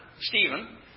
Stephen